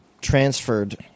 transferred